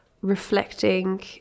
reflecting